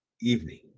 evening